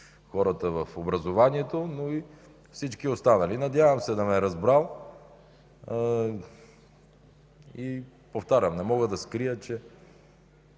хората в образованието, но и при всички останали. Надявам се да ме е разбрал. Повтарям, не мога да скрия, че